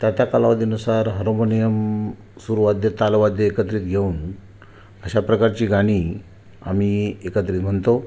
त्यात्या कालावधीनुसार हार्मोनियम सुरुवात देत ताल वाद्य एकत्रित घेऊन अशा प्रकारची गाणी आम्ही एकत्रित म्हणतो